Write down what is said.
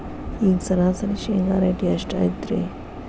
ಈಗ ಸರಾಸರಿ ಶೇಂಗಾ ರೇಟ್ ಎಷ್ಟು ಐತ್ರಿ?